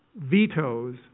vetoes